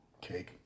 cake